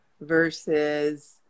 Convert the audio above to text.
versus